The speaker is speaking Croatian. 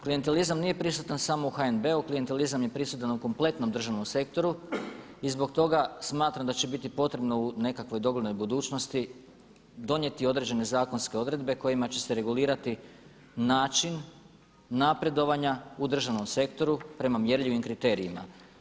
Klijentelizam nije prisutan samo u HNB-u klijentelizam je prisutan u kompletnom državnom sektoru i zbog toga smatram da će biti potrebno u nekakvoj doglednoj budućnosti donijeti određene zakonske odredbe kojima će se regulirati način napredovanja u državnom sektoru prema mjerljivim kriterijima.